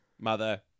Mother